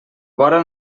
vora